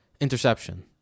interception